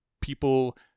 people